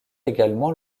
également